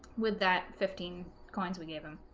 with that fifteen coins we gave him